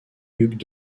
hugues